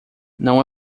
não